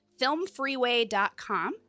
filmfreeway.com